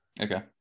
Okay